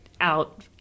out